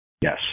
Yes